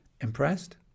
Impressed